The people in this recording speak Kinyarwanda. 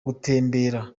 gutembera